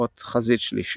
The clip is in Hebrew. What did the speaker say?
חזית שלישית.